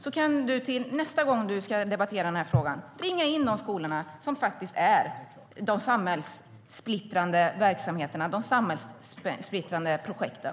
Då kan du till nästa gång du ska debattera den här frågan ringa in de skolor som faktiskt har de samhällssplittrande verksamheterna och de samhällssplittrande projekten.